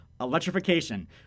electrification